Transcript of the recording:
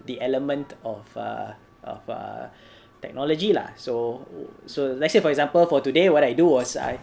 the element of err of err technology lah so so let's say for example for today what I do was I